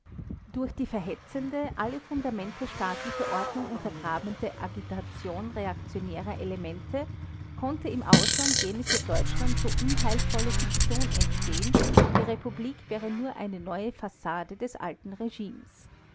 durch die verhetzende alle fundamente staatlicher ordnung untergrabende agitation reaktionärer elemente konnte im ausland jene für deutschland so unheilvolle fiktion entstehen die republik wäre nur eine neue fassade des alten regimes